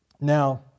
Now